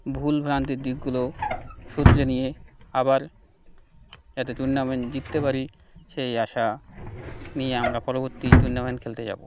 ভুল ভ্রান্তির দিকগুলো শুধরে নিয়ে আবার যাতে টুর্নামেন্ট জিততে পারি সেই আশা নিয়ে আমরা পরবর্তী টুর্নামেন্ট খেলতে যাবো